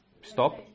Stop